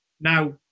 Now